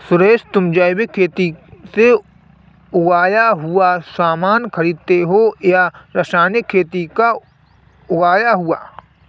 सुरेश, तुम जैविक खेती से उगाया हुआ सामान खरीदते हो या रासायनिक खेती का उगाया हुआ?